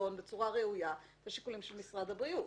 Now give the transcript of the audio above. בחשבון בצורה ראויה את השיקולים של משרד הבריאות.